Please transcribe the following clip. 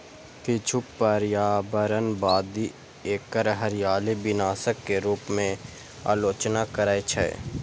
किछु पर्यावरणवादी एकर हरियाली विनाशक के रूप मे आलोचना करै छै